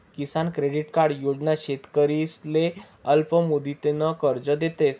किसान credit card योजना शेतकरीसले अल्पमुदतनं कर्ज देतस